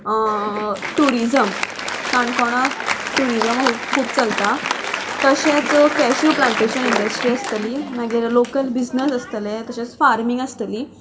tourism काणकोणांत टुरिजमा खूब चलता तशेंच कॅजू प्लांटेशन इंडस्ट्री आसतली मागीर लोकल बिजनस आसतलें तशेंच फार्मींग आसतली